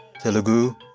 Telugu